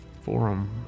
forum